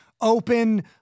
open